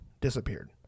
disappeared